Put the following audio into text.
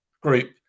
group